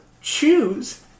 choose